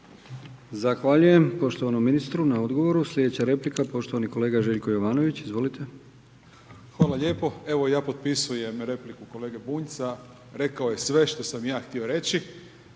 Zahvaljujem poštovanom ministru na odgovoru. Sljedeća replika poštovani kolega Željko Jovanović. Izvolite. **Jovanović, Željko (SDP)** Hvala lijepo. Evo, ja potpisujem repliku kolege Bunjca. Rekao je sve što sam ja htio reći